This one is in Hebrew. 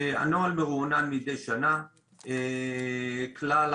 הנוהל מרוענן מדי שנה, כלל